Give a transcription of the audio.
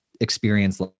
experience